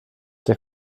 der